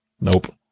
Nope